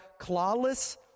clawless